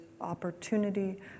opportunity